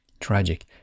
tragic